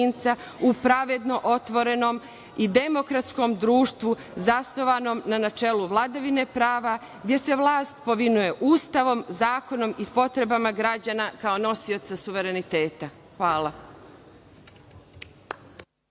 u pravedno otvorenom i demokratskom društvu, zasnovanom na načelu vladavine prava, gde se vlast povinuje Ustavu, zakonima i potrebama građana kao nosioca suvereniteta. Hvala.